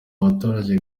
abaturage